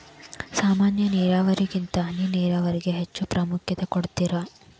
ಸಾಮಾನ್ಯ ನೇರಾವರಿಗಿಂತ ಹನಿ ನೇರಾವರಿಗೆ ಹೆಚ್ಚ ಪ್ರಾಮುಖ್ಯತೆ ಕೊಡ್ತಾರಿ